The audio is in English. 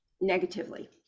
negatively